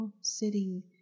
sitting